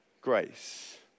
grace